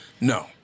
no